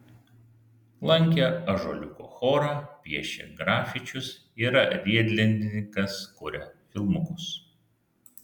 lankė ąžuoliuko chorą piešia grafičius yra riedlentininkas kuria filmukus